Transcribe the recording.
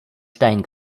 stein